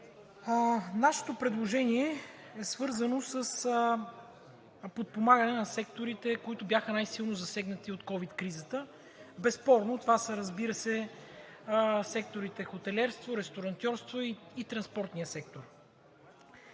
Нашето предложение е свързано с подпомагане на секторите, които бяха най-силно засегнати от ковид кризата. Безспорно това, разбира се, са секторите „Хотелиерство“, „Ресторантьорство“ и Транспортният сектор.